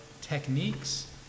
techniques